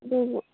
ꯑꯗꯨꯕꯨ